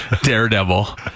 Daredevil